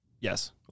Yes